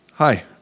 Hi